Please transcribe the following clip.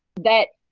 that,